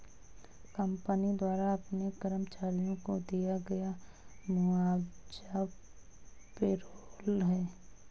company द्वारा अपने कर्मचारियों को दिया गया मुआवजा पेरोल है